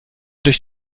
durch